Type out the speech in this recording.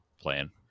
playing